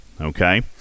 okay